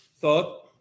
thought